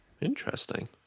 interesting